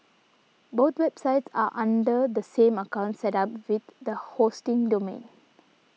both websites are under the same account set up with the hosting domain